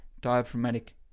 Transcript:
diaphragmatic